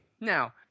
Now